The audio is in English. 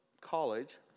college